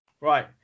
right